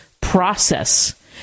process